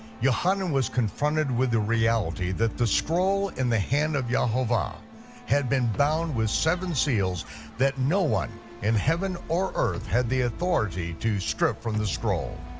yochanan was confronted with the reality that the scroll in the hand of yehovah had been bound with seven seals that no one in heaven or earth had the authority to strip from the scroll.